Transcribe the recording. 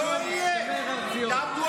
לא יהיה, תתרגל,